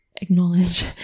acknowledge